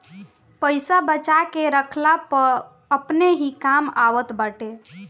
पईसा बचा के रखला पअ अपने ही काम आवत बाटे